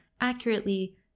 accurately